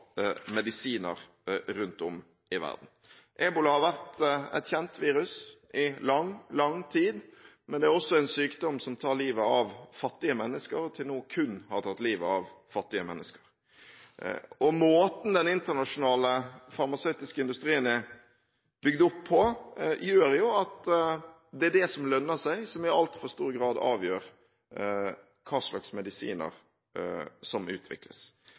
medisiner rundt om i verden. Ebola har vært et kjent virus i lang, lang tid, men det er også en sykdom som tar livet av fattige mennesker, og som til nå kun har tatt livet av fattige mennesker. Måten den internasjonale farmasøytiske industrien er bygd opp på, gjør at det er det som lønner seg, som i altfor stor grad avgjør hva slags medisiner som utvikles.